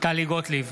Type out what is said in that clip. טלי גוטליב,